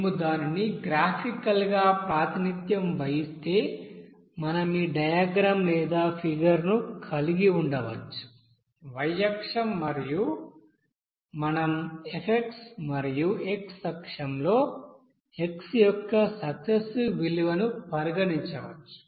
మేము దానిని గ్రాఫికల్గా ప్రాతినిధ్యం వహిస్తే మనం ఈ డయాగ్రమ్ లేదా ఫిగర్ ను కలిగి ఉండవచ్చు y అక్షం మనం f మరియు x అక్షం లో x యొక్క సక్సెసివ్ విలువను పరిగణించవచ్చు